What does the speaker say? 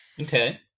Okay